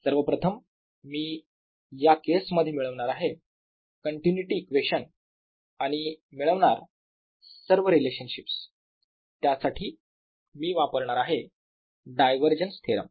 सर्वप्रथम मी या केस मध्ये मिळवणार आहे कंटिन्युटी इक्वेशन आणि मिळवणार सर्व रिलेशनशिप्स त्यासाठी मी वापरणार आहे डायवरजन्स थेरम